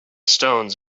stones